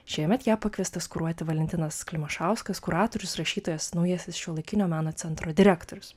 šiemet ją pakviestas kuruoti valentinas klimašauskas kuratorius rašytojas naujasis šiuolaikinio meno centro direktorius